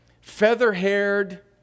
feather-haired